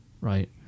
right